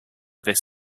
this